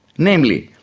namely,